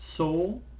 soul